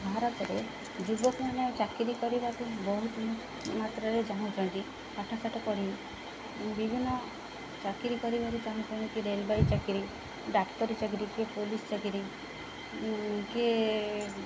ଭାରତରେ ଯୁବକମାନେ ଚାକିରି କରିବାକୁ ବହୁତ ମାତ୍ରାରେ ଚାହୁଁଛନ୍ତି ପାାଠଶାଠ ପଢ଼ି ବିଭିନ୍ନ ଚାକିରି କରିବାର ଚାହୁଁଛନ୍ତି କି ରେଳବାଇ ଚାକିରି ଡାକ୍ତରୀ ଚାକିରି କିଏ ପୋଲିସ୍ ଚାକିରି କିଏ